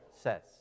says